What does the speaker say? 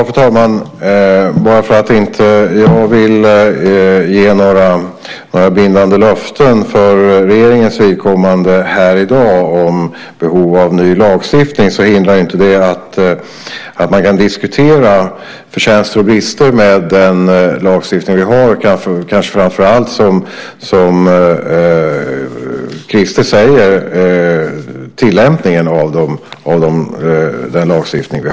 Fru talman! Bara för att jag inte vill ge några bindande löften för regeringens vidkommande här i dag om behov av ny lagstiftning hindrar inte att man kan diskutera förtjänster och brister med den lagstiftning vi har, kanske framför allt, som Christer säger, tillämpningen av den.